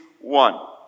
one